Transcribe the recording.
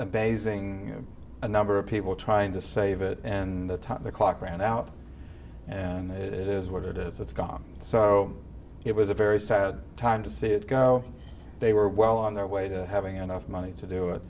beijing a number of people trying to save it and the time the clock ran out and it is what it is it's gone so it was a very sad time to see it go they were well on their way to having enough money to do it